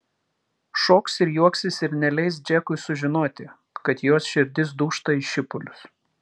šoks ir juoksis ir neleis džekui sužinoti kad jos širdis dūžta į šipulius